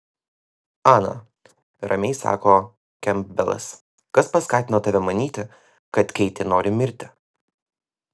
ana ramiai sako kempbelas kas paskatino tave manyti kad keitė nori mirti